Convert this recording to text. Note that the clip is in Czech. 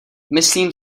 myslím